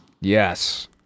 Yes